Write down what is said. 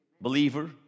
believer